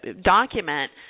document